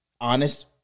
honest